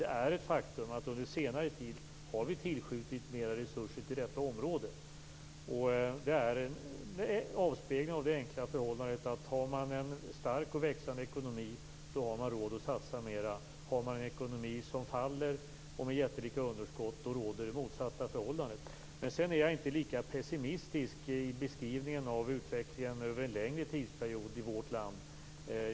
Det är ett faktum att under senare tid har vi tillskjutit mera resurser till detta område. Det är en avspegling av det enkla förhållandet att har man stark och växande ekonomi har man råd att satsa mera. Har man en ekonomi som faller och med jättelika underskott råder det motsatta förhållandet. Sedan är jag inte lika pessimistisk i beskrivningen av utvecklingen över en längre tidsperiod i vårt land.